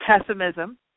pessimism